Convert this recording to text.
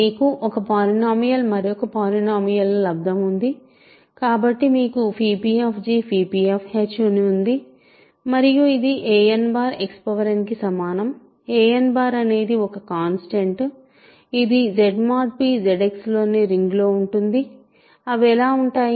మీకు ఒక పాలినోమియల్ మరియు మరొక పాలినోమియల్ ల లబ్దం ఉంది కాబట్టి మీకు ppఅని ఉంది మరియు ఇది a nXn కి సమానం a nఅనేది ఒక కాన్స్టెంట్ ఇది Z mod p ZX అనే రింగ్ లో ఉంటుంది అవి ఎలా ఉంటాయి